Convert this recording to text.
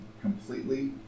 completely